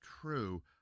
true